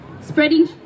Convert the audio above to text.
spreading